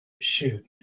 Shoot